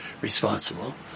responsible